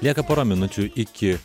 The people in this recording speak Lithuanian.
lieka pora minučių iki